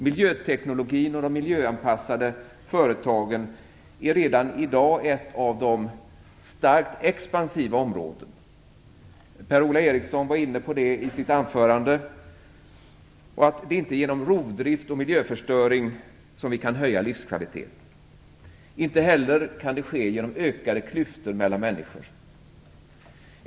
Miljöteknologin och de miljöanpassade företagen är redan i dag ett av de starkt expansiva områdena. Per Ola Eriksson var inne på det i sitt anförande. Det är inte genom rovdrift och miljöförstöring som vi kan höja livskvaliteten. Det kan inte heller ske genom ökade klyftor mellan människor.